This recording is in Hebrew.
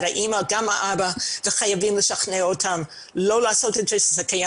האימא אבל גם האבא וחייבים לשכנע אותם לא לעשות את זה.